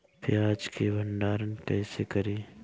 प्याज के भंडारन कईसे करी?